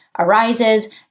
arises